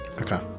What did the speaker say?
Okay